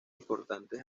importantes